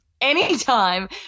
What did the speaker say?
anytime